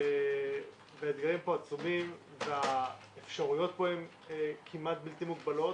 האתגרים פה עצומים והאפשרויות פה הן כמעט בלתי מוגבלות.